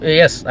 yes